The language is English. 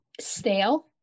stale